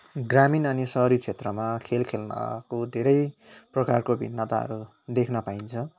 ग्रामीण अनि सहरी क्षेत्रमा खेल खेल्नको धेरै प्रकारको भिन्नताहरू देख्न पाइन्छ